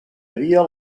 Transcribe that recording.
havia